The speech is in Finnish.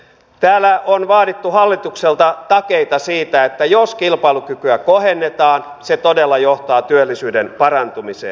täällä on vaadittu hallitukselta takeita siitä että jos kilpailukykyä kohennetaan se todella johtaa työllisyyden parantumiseen